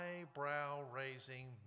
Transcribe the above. eyebrow-raising